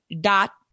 dot